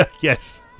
yes